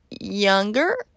younger